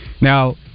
Now